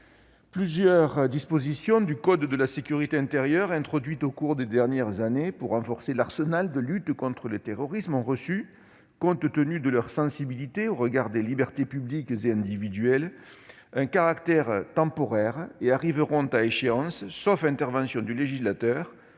Plusieurs dispositions du code de la sécurité intérieure introduites au cours des dernières années pour renforcer l'arsenal de lutte contre le terrorisme ont reçu, compte tenu de leur sensibilité au regard des libertés publiques et individuelles, un caractère temporaire et arriveront à échéance, sauf intervention du législateur,